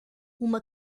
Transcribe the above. uma